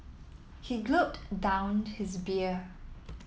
he down his beer